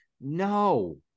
no